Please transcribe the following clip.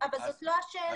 אבל זאת לא השאלה,